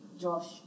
Josh